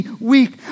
weak